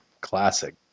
classic